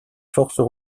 forces